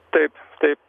taip taip